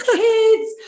kids